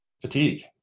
fatigue